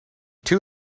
two